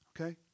Okay